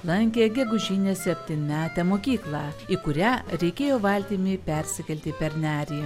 lankė gegužinę septynmetę mokyklą į kurią reikėjo valtimi persikelti per nerį